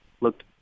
looked